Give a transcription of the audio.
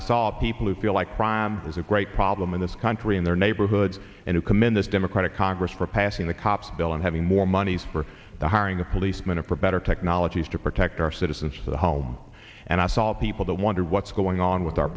i saw people who feel like crime is a great problem in this country in their neighborhoods and who commit this democratic congress for passing the cops bill and having more monies for the hiring the policemen a provider technologies to protect our citizens the home and i solve people to wonder what's going on with our